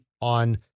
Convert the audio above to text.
on